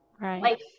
Right